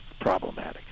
problematic